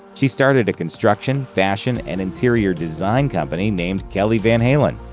she started a construction, fashion, and interior design company named kelly van halen,